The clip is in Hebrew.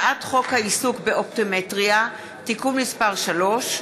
הצעת חוק העיסוק באופטומטריה (תיקון מס' 3),